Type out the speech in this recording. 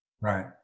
Right